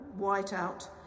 whiteout